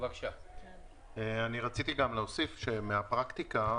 רציתי להוסיף מהפרקטיקה